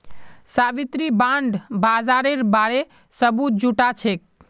Savitri bond बाजारेर बारे सबूत जुटाछेक